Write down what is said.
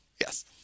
yes